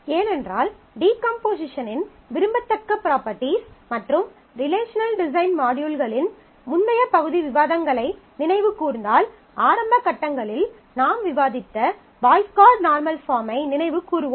ஏனென்றால் டீகம்போசிஷனின் விரும்பத்தக்க ப்ராப்பர்ட்டீஸ் மற்றும் ரிலேஷனல் டிசைன் மாட்யூல்களின் முந்தைய பகுதி விவாதங்களை நினைவு கூர்ந்தால் ஆரம்ப கட்டங்களில் நாம் விவாதித்த பாய்ஸ் கோட் நார்மல் பாஃர்மை நினைவு கூறுவோம்